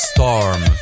Storm